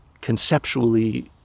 conceptually